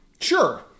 Sure